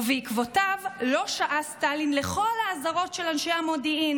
ובעקבותיו לא שעה סטלין לכל האזהרות של אנשי המודיעין